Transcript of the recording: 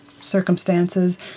circumstances